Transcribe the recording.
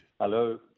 Hello